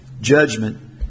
judgment